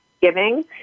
giving